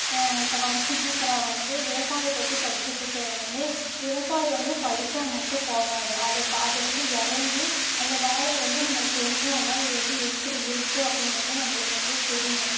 இப்போ படிச்சிட் இருக்கற வந்து விவசாயம் பற்றி படிச்சிக்கிட்ருக்கறவங்க வந்து விவசாயம் வந்து படிச்சா மட்டும் போதாது அதை அது வந்து இறங்கி அந்த வேலையை வந்து நம்ம செஞ்சா தான் இது வந்து எப்படி இருக்கு அப்படின்னு வந்து நம்மளுக்கு வந்து தெரியும்